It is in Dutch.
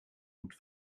goed